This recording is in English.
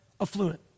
affluent